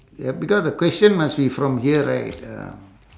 ya because the question must be from here right um